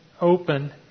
open